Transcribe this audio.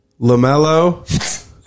LaMelo